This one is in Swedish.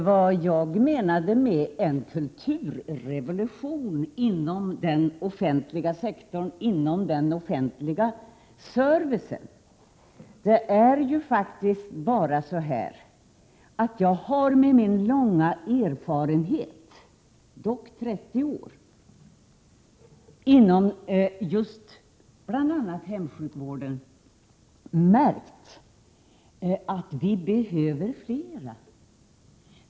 Vad jag sade om en kulturrevolution inom den offentliga servicen beror på att jag under min långa verksamhet på detta område — den omfattar dock 30 år — märkt att det inom just bl.a. hemsjukvården behövs fler som deltar i arbetet.